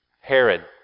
Herod